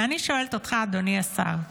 ואני שואלת אותך, אדוני השר,